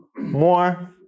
more